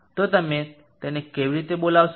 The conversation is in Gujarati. તો તમે તેને કેવી રીતે બોલાવશો